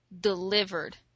delivered